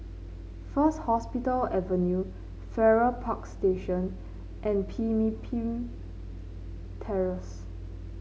First Hospital Avenue Farrer Park Station and Pemimpin Terrace